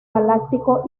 galáctico